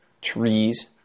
trees